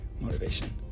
motivation